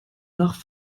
nach